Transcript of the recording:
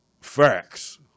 facts